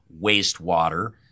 wastewater